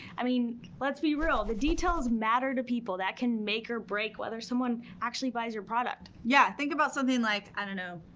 i mean, let's be real. the details matter to people. that can make or break whether someone actually buys your product. yeah, think about something like, i don't know,